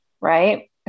right